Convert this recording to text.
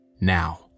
now